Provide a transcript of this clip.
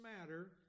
matter